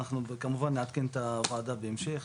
אנחנו כמובן נעדכן את הוועדה בהמשך.